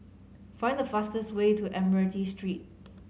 find the fastest way to Admiralty Street